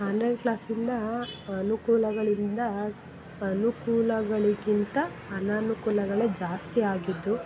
online ಕ್ಲಾಸಿಂದ ಅನುಕೂಲಗಳಿಂದ ಅನುಕೂಲಗಳಿಗಿಂತ ಅನನುಕೂಲಗಳೇ ಜಾಸ್ತಿ ಆಗಿದ್ದು